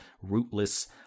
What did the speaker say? rootless